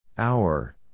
Hour